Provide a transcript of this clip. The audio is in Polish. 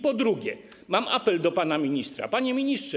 Po drugie, apeluję do pana ministra: Panie Ministrze!